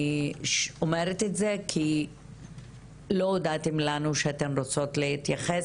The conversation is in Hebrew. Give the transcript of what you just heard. אני אומרת את זה כי לא הודעתן לנו שאתן רוצות להתייחס,